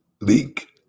leak